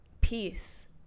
peace